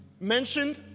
mentioned